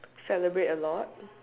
celebrate a lot